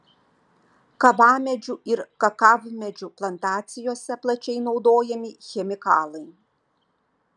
kavamedžių ir kakavmedžių plantacijose plačiai naudojami chemikalai